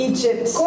Egypt